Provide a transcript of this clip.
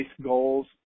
goals